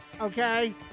okay